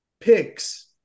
picks